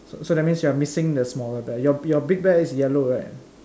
so so that means you're missing the smaller bear your your big bear is yellow right